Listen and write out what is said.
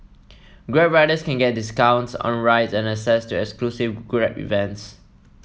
grab riders can get discounts on rides and access to exclusive Grab events